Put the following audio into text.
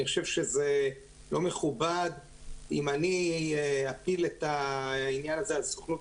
אני חושב שזה לא מכובד אם אני אפיל את העניין הזה על סוכנות